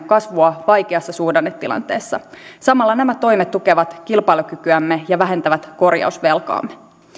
kasvua vaikeassa suhdannetilanteessa samalla nämä toimet tukevat kilpailukykyämme ja vähentävät korjausvelkaamme